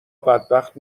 بدبخت